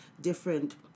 different